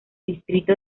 distrito